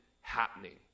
happening